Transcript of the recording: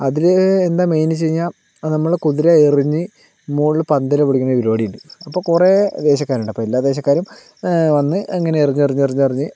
അതില് എന്താ മെയിൻന്ന് വച്ച് കഴിഞ്ഞാൽ നമ്മള് കുതിര എറിഞ്ഞ് മുകളില് പന്തല് പൊളിക്കുന്ന പരിപാടിയുണ്ട് അപ്പൊൾ കുറെ ദേശക്കാരുണ്ട് അപ്പൊൾ എല്ലാ ദേശക്കാരും വന്ന് അങ്ങനെ എറിഞ്ഞെറിഞെറിഞെറിഞ്ഞ്